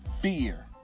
fear